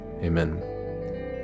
Amen